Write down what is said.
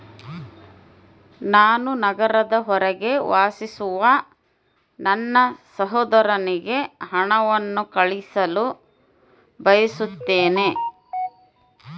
ನಾನು ನಗರದ ಹೊರಗೆ ವಾಸಿಸುವ ನನ್ನ ಸಹೋದರನಿಗೆ ಹಣವನ್ನು ಕಳುಹಿಸಲು ಬಯಸುತ್ತೇನೆ